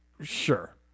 Sure